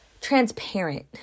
Transparent